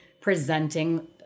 presenting